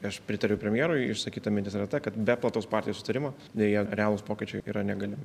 aš pritariu premjerui išsakyta mintis yra ta kad be plataus partijų sutarimo deja realūs pokyčiai yra negalimi